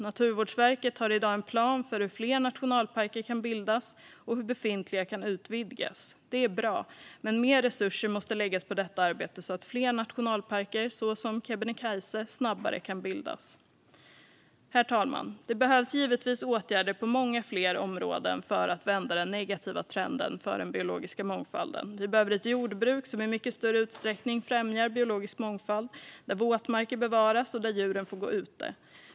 Naturvårdsverket har i dag en plan för hur fler nationalparker kan bildas och hur befintliga kan utvidgas. Det är bra, men mer resurser måste läggas på detta arbete så att fler nationalparker såsom Kebnekaise snabbare kan bildas. Herr talman! Det behövs givetvis åtgärder på många fler områden för att vända den negativa trenden för den biologiska mångfalden. Vi behöver ett jordbruk som i mycket större utsträckning främjar biologisk mångfald, där våtmarker bevaras och där djuren får gå ute.